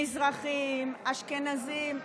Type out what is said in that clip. מזרחים, אשכנזים?